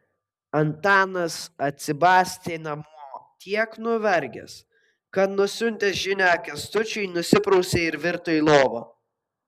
antanas atsibastė namo tiek nuvargęs kad nusiuntęs žinią kęstučiui nusiprausė ir virto į lovą